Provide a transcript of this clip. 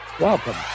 welcome